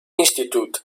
institute